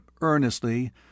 earnestly